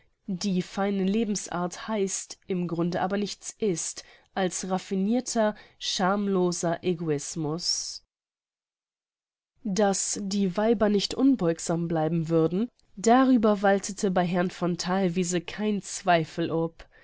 die feine lebensart heißt im grunde aber nichts ist als raffinirter schamloser egoismus daß die weiber nicht unbeugsam bleiben würden darüber waltete bei herrn von thalwiese kein zweifel ob